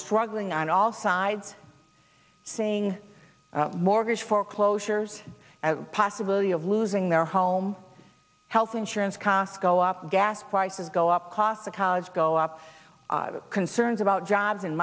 struggling on all sides saying mortgage foreclosures possibility of losing their home health insurance costs go up gas prices go up cost the college go up concerns about jobs in